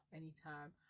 anytime